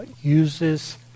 uses